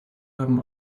haben